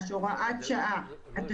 (הוראת שעה) (הגבלות על הפעלת שדות תעופה וטיסות) (תיקון),